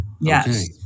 Yes